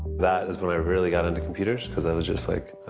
that was when i really got into computers cause i was just like,